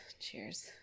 cheers